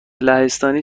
لهستانی